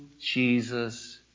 Jesus